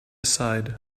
aside